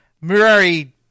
Murari